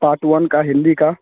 part one का हिंदी का